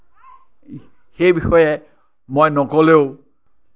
সেই বিষয়ে মই নকলেওঁ